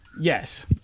Yes